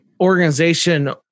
organization